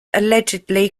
allegedly